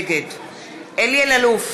נגד אלי אלאלוף,